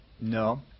No